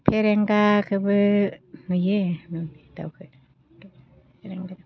फेरेंगाखोबो नुयो नुनाया दाउखो